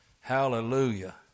Hallelujah